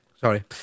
Sorry